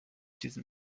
diesem